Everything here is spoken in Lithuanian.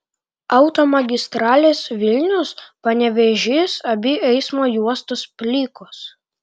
automagistralės vilnius panevėžys abi eismo juostos plikos